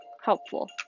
helpful